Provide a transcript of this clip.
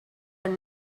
but